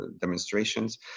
demonstrations